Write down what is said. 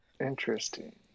Interesting